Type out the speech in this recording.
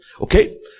Okay